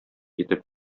итеп